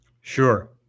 sure